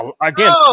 Again